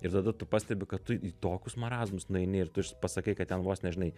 ir tada tu pastebi kad tu į tokius marazmus nueini ir tu pasakai kad ten vos ne žinai